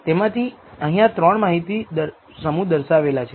તેમાંથી અહીંયા 3 માહિતી સમૂહ દર્શાવેલા છે